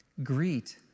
Greet